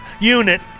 unit